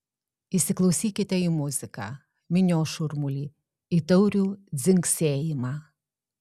įsiklausykite į muziką minios šurmulį į taurių dzingsėjimą